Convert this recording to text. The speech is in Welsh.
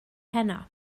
heno